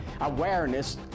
awareness